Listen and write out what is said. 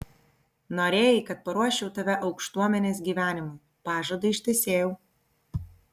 norėjai kad paruoščiau tave aukštuomenės gyvenimui pažadą ištesėjau